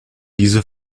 diese